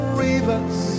rivers